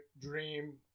Dream